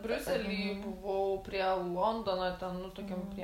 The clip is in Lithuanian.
briusely buvau prie londono ten nu tokiam prie